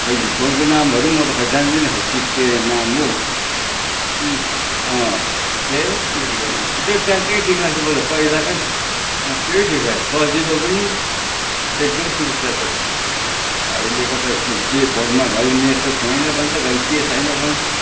खोइ फोनको नामहरू म त जान्दिनँ खोइ के के नाम हो हो हत्तेरिका म त्यो ट्याकट्याके ठिक लाग्छ मलाई पहिलाको त्यही ठिक लाग्छ सजिलो पनि एकदम सुबिस्ता त्यो त अहिलेको त खोइ के फोनमा घरी नेटवर्क छैन भन्छ घरी के छैन भन्छ